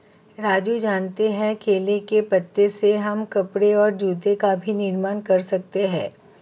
राजू जानते हो केले के पत्ते से हम कपड़े और जूते का भी निर्माण कर सकते हैं